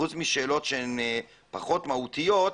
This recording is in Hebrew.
חוץ משאלות שהן פחות מהותיות,